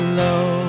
low